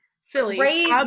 Silly